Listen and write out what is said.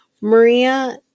maria